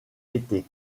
été